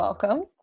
Welcome